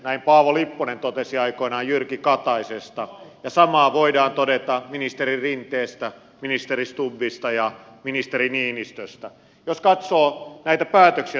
näin paavo lipponen totesi aikoinaan jyrki kataisesta ja samaa voidaan todeta ministeri rinteestä ministeri stubbista ja ministeri niinistöstä jos katsotaan näitä päätöksiä joita on tehty